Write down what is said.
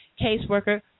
caseworker